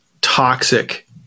toxic